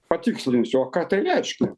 patikslinsiu o ką tai reiškia